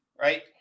Right